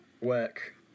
work